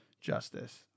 justice